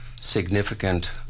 significant